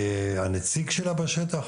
מן הנציג שלה בשטח,